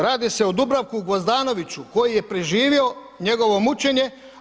Radi se o Dubravku Gvozdanoviću koji je preživio njegovo mučenje.